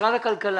משרד הכלכלה.